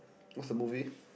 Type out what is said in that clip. what's the movie